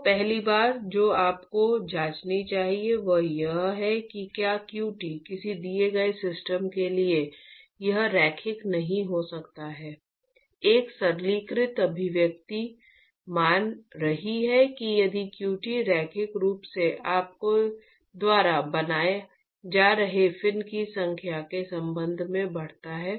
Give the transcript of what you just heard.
तो पहली चीज जो आपको जांचनी चाहिए वह यह है कि क्या qt किसी दिए गए सिस्टम के लिए यह रैखिक नहीं हो सकता है एक सरलीकृत अभिव्यक्ति मान रही है कि यदि qt रैखिक रूप से आपके द्वारा बनाए जा रहे फिन की संख्या के संबंध में बढ़ता है